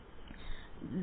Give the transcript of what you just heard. വിദ്യാർത്ഥി